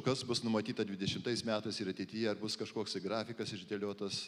kas bus numatyta dvidešimtais metais ir ateityje ar bus kažkoksai grafikas išdėliotas